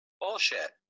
Bullshit